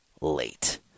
late